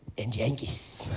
and jantjies.